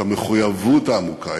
את המחויבות העמוקה,